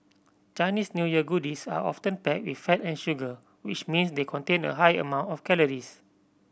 Chinese New Year goodies are often packed with fat and sugar which means they contain a high amount of calories